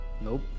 Nope